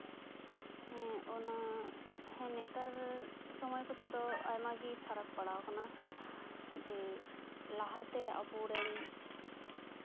ᱦᱮᱸ ᱚᱱᱟ ᱦᱮᱸ ᱱᱮᱛᱟᱨ ᱥᱚᱢᱚᱭ ᱠᱚᱛᱮ ᱫᱚ ᱟᱭᱢᱟᱜᱮ ᱯᱷᱟᱨᱟᱠ ᱯᱟᱲᱟᱣ ᱠᱟᱱᱟ ᱡᱮ ᱞᱟᱦᱟᱛᱮ ᱟᱵᱚ ᱨᱮᱱ